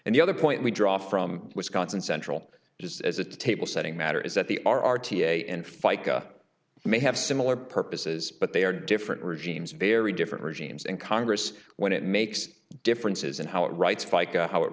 and the other point we draw from wisconsin central just as a table setting matter is that they are r t a and fica may have similar purposes but they are different regimes very different regimes and congress when it makes differences in how it writes fica how it